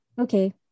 okay